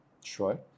Sure